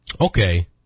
Okay